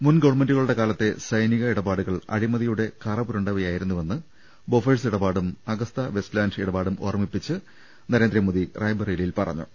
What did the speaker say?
മുൻ ഗവൺമെൻ്റുകളുടെ കാലത്തെ സൈനിക ഇടപാടുകൾ അഴിമതിയുടെ കറപുരണ്ടവയായിരുന്നുവെന്ന് ബോഫേഴ്സ് ഇടപാടും അഗസ്ത വെസ്റ്റ്ലാൻഡ് ഇടപാടും ഓർമ്മിപ്പിച്ച് നരേന്ദ്രമോദി പറഞ്ഞു